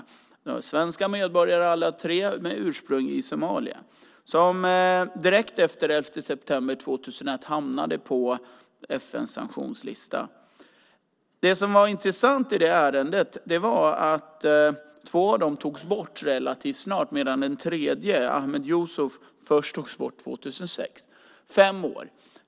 De är svenska medborgare alla tre med ursprung i Somalia. Direkt efter den 11 september 2001 hamnade de på FN:s sanktionslista. Det som var intressant i det ärendet var att två av dem togs bort från listan relativt snart medan den tredje, Ahmed Yusuf, togs bort först 2006, efter fem år.